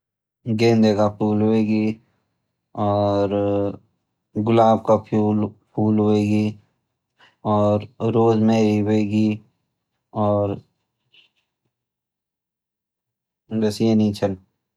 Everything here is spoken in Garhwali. गेंदे का फूल होएगी और गुलाब का फूल होएगी और रोजमेरी होएगी और बस यनी छन।